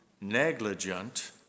negligent